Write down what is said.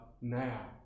now